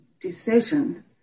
decision